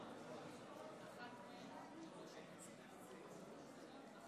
אם כך, שתי הצעות האי-אמון הוסרו